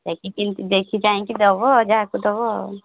ଦେଖି କିମିତି ଦେଖି ଚାହିଁକି ଦେବ ଦେବ ଯାହାକୁ ଦେବ